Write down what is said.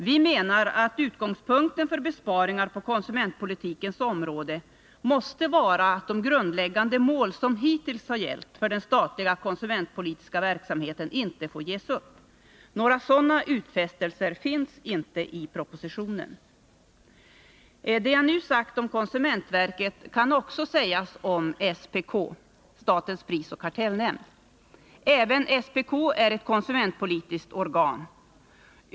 Vi menar att utgångspunkten för besparingar på konsumentpolitikens område måste vara att de grundläggande mål som hittills har gällt för den statliga konsumentpolitiska verksamheten inte får ges upp. Några sådana utfästelser finns inte i propositionen. Det jag nu sagt om konsumentverket kan också sägas om statens prisoch kartellnämnd. Även SPK är ett konsumentpolitiskt organ.